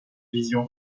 vision